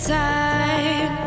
time